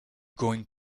going